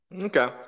Okay